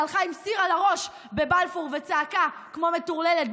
שהלכה עם סיר על הראש בבלפור וצעקה כמו מטורללת.